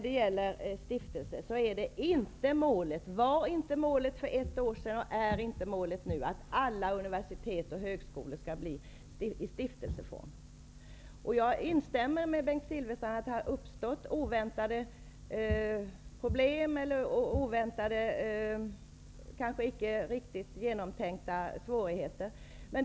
Det är inte målet, och det var inte målet för ett år sedan, att alla universitet och högskolor skall verka i stiftelseform. Jag instämmer med Bengt Silfverstrand i att det har uppstått problem och svårigheter som vi inte hade tänkt oss.